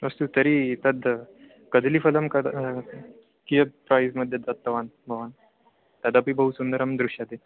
अस्तु तर्हि तद् कदलीफलं कदा कियद् प्रैस् मध्ये दत्तवान् भवान् तदपि बहु सुन्दरं दृश्यते